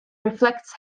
reflects